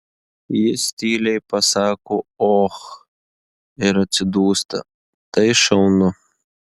jis tyliai pasako och ir atsidūsta tai šaunu